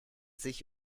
sich